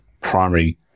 primary